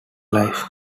life